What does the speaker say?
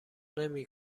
نمی